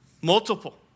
Multiple